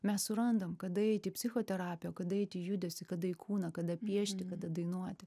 mes surandam kada eiti į psichoterapiją o kada eiti į judesį kada į kūną kada piešti kada dainuoti